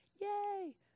yay